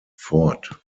fort